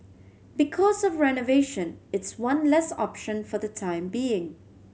because of renovation it's one less option for the time being